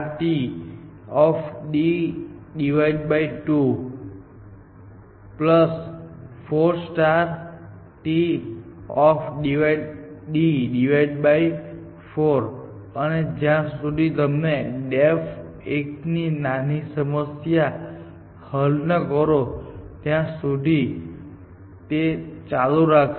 2 Td2 4 Td4 અને જ્યાં સુધી તમે ડેપ્થ 1 ની નાની સમસ્યા હલ ન કરો ત્યાં સુધી તે ચાલુ રાખશે